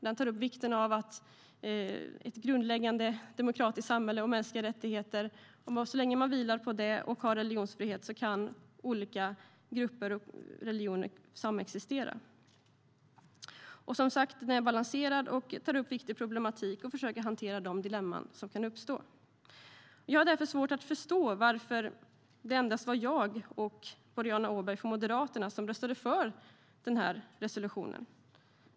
Den tar upp vikten av ett grundläggande demokratiskt samhälle och av mänskliga rättigheter. Så länge man vilar på det och har religionsfrihet kan olika grupper och religioner samexistera. Resolutionen är som sagt balanserad, tar upp viktig problematik och försöker hantera de dilemman som kan uppstå. Jag har därför svårt att förstå varför det endast var jag och Boriana Åberg från Moderaterna som röstade för denna resolution.